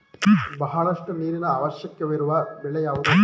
ಬಹಳಷ್ಟು ನೀರಿನ ಅವಶ್ಯಕವಿರುವ ಬೆಳೆ ಯಾವುವು?